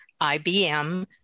IBM